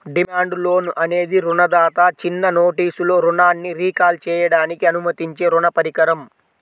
demand loan అనేది రుణదాత చిన్న నోటీసులో రుణాన్ని రీకాల్ చేయడానికి అనుమతించే రుణ పరికరం